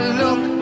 look